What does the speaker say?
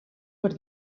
per